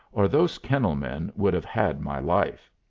or those kennel-men would have had my life.